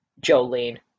Jolene